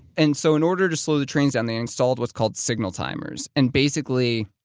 and so in order to slow the trains down they installed what's called signal timers and basically.